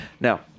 Now